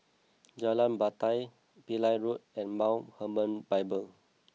Jalan Batai Pillai Road and Mount Hermon Bible